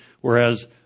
whereas